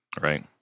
right